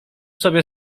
sobie